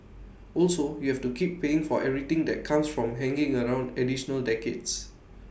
also you have to keep paying for everything that comes from hanging around additional decades